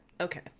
Okay